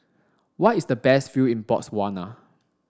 where is the best view in Botswana